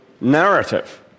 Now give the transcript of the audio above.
narrative